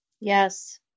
Yes